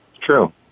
True